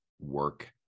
work